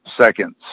seconds